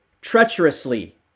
treacherously